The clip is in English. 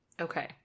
Okay